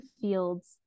Fields